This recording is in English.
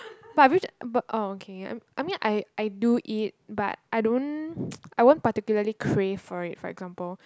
but a bit but oh okay I'm I mean I I do eat but I don't I won't particularly crave for it for example